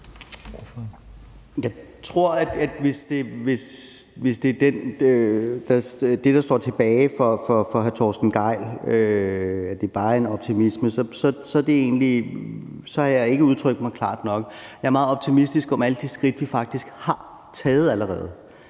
Jeg tror, at hvis det, der står tilbage hos hr. Torsten Gejl, bare er en optimisme, så har jeg ikke udtrykt mig klart nok. Jeg er meget optimistisk i forhold til alle de skridt, vi faktisk har taget allerede,